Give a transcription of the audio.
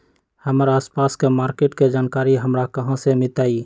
हमर आसपास के मार्किट के जानकारी हमरा कहाँ से मिताई?